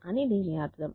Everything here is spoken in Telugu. అని దీని అర్థం